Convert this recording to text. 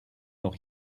noch